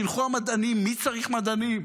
שילכו המדענים, מי צריך מדענים?